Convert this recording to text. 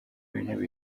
w’intebe